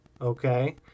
okay